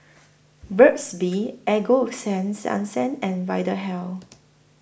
Burt's Bee Ego Sense Onsen and Vitahealth